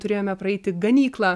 turėjome praeiti ganyklą